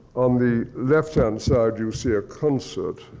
on the left hand side you see a concert,